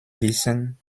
wissen